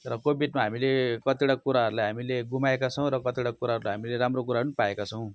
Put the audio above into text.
र कोभिडमा हामीले कतिवटा कुराहरूलाई हामीले गुमाएका छौँ र कतिवटा कुराबाट हामीले राम्रो कुराहरू पाएका छौँ